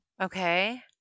Okay